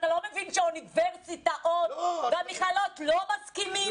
אתה לא מבין שהאוניברסיטה או המכללות לא מסכימות?